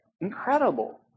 incredible